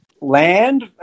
land